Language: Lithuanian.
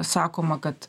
sakoma kad